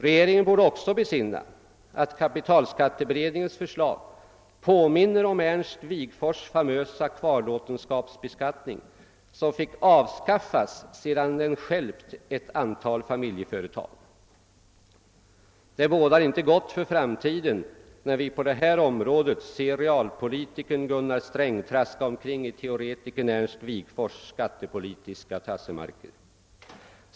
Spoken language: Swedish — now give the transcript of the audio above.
Regeringen borde också besinna att kapitalskatteberedningens förslag påminner om Ernst Wigforss” famösa kvarlåtenskapsbeskattning, som fick avskaffas sedan den stjälpt ett antal familjeföretag. Det bådar inte gott för framtiden när vi på detta område ser realpolitikern Gunnar Sträng traska omkring i teoretikern Ernst Wigforss” skattepolitiska tassemarker.